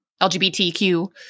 LGBTQ